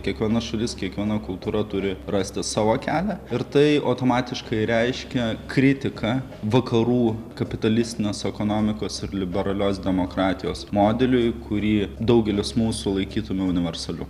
kiekviena šalis kiekviena kultūra turi rasti savo kelią ir tai automatiškai reiškia kritiką vakarų kapitalistinės ekonomikos ir liberalios demokratijos modeliui kurį daugelis mūsų laikytumėme universaliu